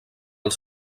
els